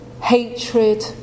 hatred